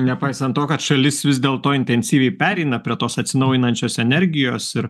nepaisant to kad šalis vis dėl to intensyviai pereina prie tos atsinaujinančios energijos ir